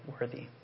worthy